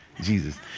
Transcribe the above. Jesus